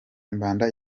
mbanda